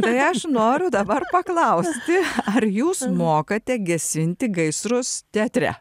tai aš noriu dabar paklausti ar jūs mokate gesinti gaisrus teatre